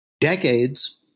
decades